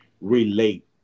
relate